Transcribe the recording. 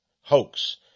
hoax